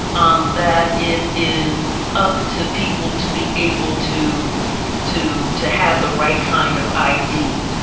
um that it is up to people to be able to to to have the right kind of i d,